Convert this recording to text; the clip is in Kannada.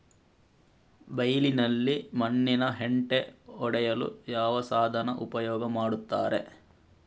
ಬೈಲಿನಲ್ಲಿ ಮಣ್ಣಿನ ಹೆಂಟೆ ಒಡೆಯಲು ಯಾವ ಸಾಧನ ಉಪಯೋಗ ಮಾಡುತ್ತಾರೆ?